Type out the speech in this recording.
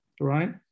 right